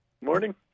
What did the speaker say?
Morning